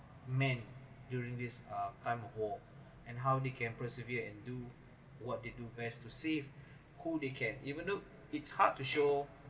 men during this time of war and how they can persevere and do what they do best to save who they can even though it's hard to show